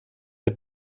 der